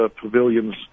pavilions